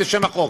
בשם החוק.